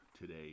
today